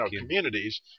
communities